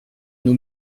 nous